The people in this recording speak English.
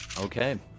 Okay